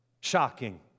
Shocking